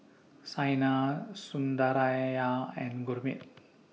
Saina Sundaraiah and Gurmeet